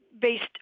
based